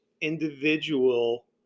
individual